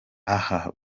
aha